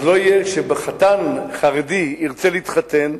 אז כשחתן חרדי ירצה להתחתן,